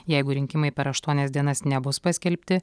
jeigu rinkimai per aštuonias dienas nebus paskelbti